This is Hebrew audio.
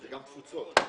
מי נמנע?